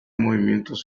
movimientos